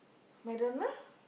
MacDonald